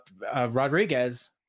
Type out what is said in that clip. Rodriguez